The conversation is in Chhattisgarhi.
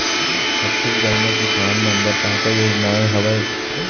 छत्तीसगढ़ म किसान मन बर का का योजनाएं हवय?